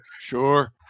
sure